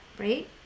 Right